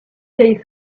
days